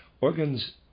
Organs